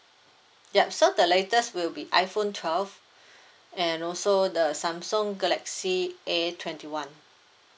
yup so the latest will be iphone twelve and also the samsung galaxy A twenty one